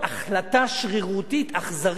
היא החלטה שרירותית אכזרית.